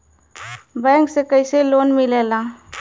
Bank से कइसे loan मिलेला?